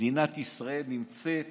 מדינת ישראל נמצאת